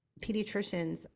Pediatricians